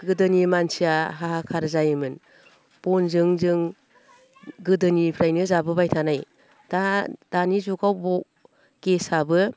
गोदोनि मानसिया हाहाकार जायोमोन बनजों जों गोदोनिफ्रायनो जाबोबाय थानाय दा दानि जुगाव गेसआबो